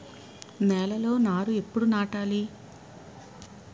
నేలలో నారు ఎప్పుడు నాటాలి?